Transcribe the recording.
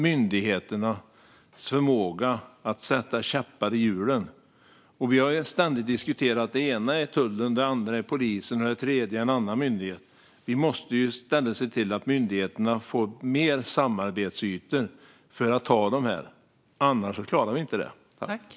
Myndigheternas förmåga att sätta käppar i hjulen släpar efter. Vi har ständigt diskuterat. Det ena är tullen, det andra är polisen och det tredje är en annan myndighet. Vi måste i stället se till att myndigheterna får fler samarbetsytor för att ta de kriminella, annars klarar vi det inte.